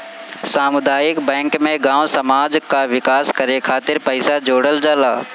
सामुदायिक बैंक में गांव समाज कअ विकास करे खातिर पईसा जोड़ल जाला